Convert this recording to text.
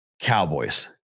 Cowboys